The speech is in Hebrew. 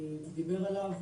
הוא דיבר עליו.